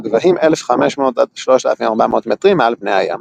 בגבהים 1,500–3,400 מטרים מעל פני הים.